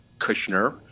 Kushner